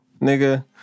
nigga